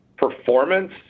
performance